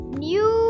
new